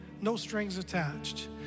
no-strings-attached